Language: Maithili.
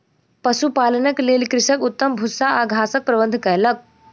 पशुपालनक लेल कृषक उत्तम भूस्सा आ घासक प्रबंध कयलक